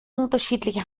unterschiedliche